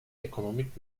ekonomik